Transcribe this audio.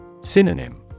Synonym